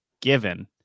given